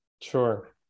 Sure